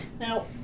Now